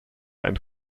and